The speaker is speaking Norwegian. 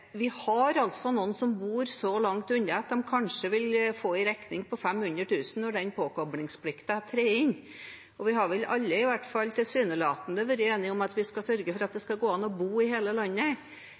vi har noen som bor så langt unna at de kanskje vil få en regning på 500 000 kr når den påkoblingsplikten trer inn. Vi har vel alle, i hvert fall tilsynelatende, vært enige om at vi skal sørge for at det